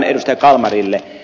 kalmarille